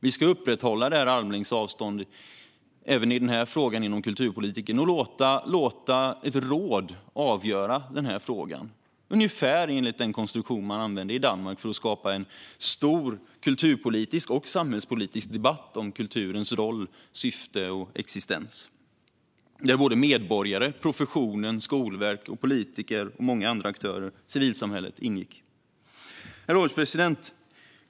Vi ska upprätthålla en armlängds avstånd även i denna fråga inom kulturpolitiken och låta ett råd avgöra den frågan, ungefär enligt den konstruktion man använde i Danmark för att skapa en stor kulturpolitisk och samhällspolitisk debatt om kulturens roll, syfte och existens, där medborgare, profession, skolverk och politiker, civilsamhället och många andra aktörer ingick. Herr ålderspresident!